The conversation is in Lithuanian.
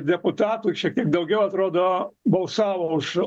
deputatų šiek tiek daugiau atrodo balsavo už